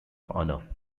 honor